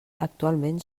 actualment